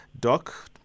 Doc